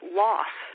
loss